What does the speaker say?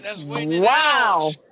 Wow